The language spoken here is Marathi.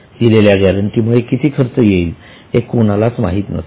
दिलेल्या गॅरंटीमुळे किती खर्च येईल हे कोणालाही माहित नसते